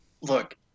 look